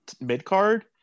mid-card